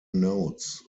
notes